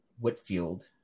Whitfield